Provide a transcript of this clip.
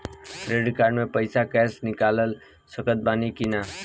Credit card से पईसा cash निकाल सकत बानी की ना?